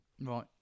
Right